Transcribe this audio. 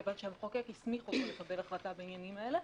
כיוון שהמחוקק הסמיך אותו לקבל החלטה בעניינים האלה,